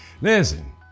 Listen